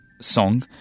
song